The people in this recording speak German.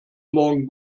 morgen